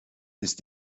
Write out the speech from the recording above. ist